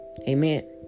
Amen